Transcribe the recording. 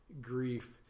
grief